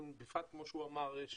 בפרט כמו שהוא אמר,